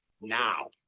now